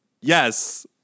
Yes